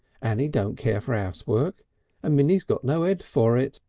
annie don't care for ouse work and minnie's got no ed for it.